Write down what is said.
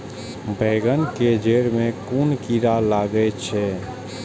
बेंगन के जेड़ में कुन कीरा लागे छै?